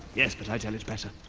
yes, but i tell it better.